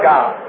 God